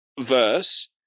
verse